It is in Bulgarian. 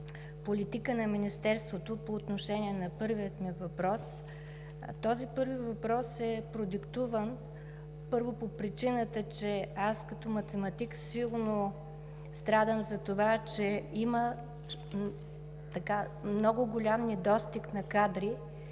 политика на Министерството по отношение на първия ми въпрос. Този първи въпрос е продиктуван, първо, по причината, че като математик силно страдам за това, че има много голям недостиг на кадри,